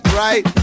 right